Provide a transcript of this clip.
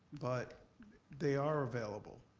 but they are available.